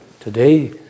Today